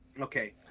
Okay